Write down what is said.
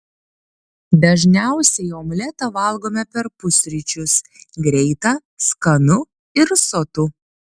dažniausiai omletą valgome per pusryčius greita skanu ir sotu